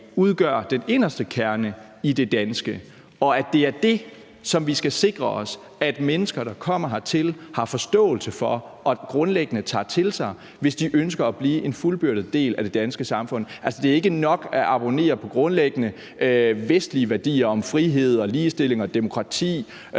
udgør den inderste kerne i det danske, og at det er det, som vi skal sikre os at mennesker, som kommer hertil, har forståelse for og grundlæggende tager til sig, hvis de ønsker at blive en fuldbyrdet del af det danske samfund – altså at det ikke er nok at abonnere på grundlæggende vestlige værdier om frihed, ligestilling og demokrati